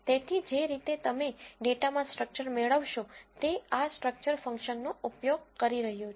તેથી જે રીતે તમે ડેટામાં સ્ટ્રક્ચર મેળવશો તે આ સ્ટ્રક્ચર ફંક્શનનો ઉપયોગ કરી રહ્યું છે